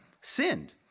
sinned